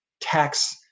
tax